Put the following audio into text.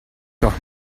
doch